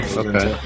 okay